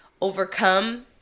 overcome